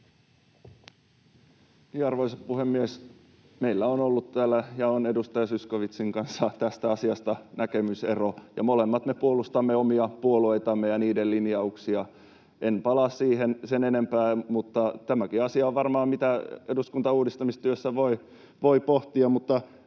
Arvoisa puhemies! Meillä on ollut ja on täällä edustaja Zyskowiczin kanssa tästä asiasta näkemysero, ja me molemmat puolustamme omia puolueitamme ja niiden linjauksia. En palaa siihen sen enempää, mutta tämäkin on varmaan asia, mitä eduskunnan uudistamistyössä voi pohtia.